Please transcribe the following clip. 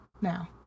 now